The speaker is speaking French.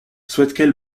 souhaitent